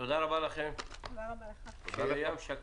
תודה רבה לכם, שיהיה ים שקט.